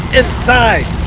inside